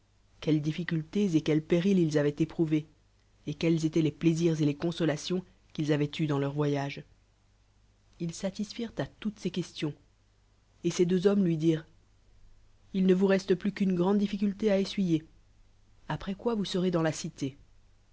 quelles difficultés etquels périlsilsavoien t éprouvés et quels éloientles plaisirs et lu eoosoliltions qu'ils avoient eus jnus leiii voyage ils satisfirent à tolites ces questions et ces deux hommes lui dirent il ne vous reste plus qu'une grande difficulté à essuyer après quoi vous serez dans la citichrétien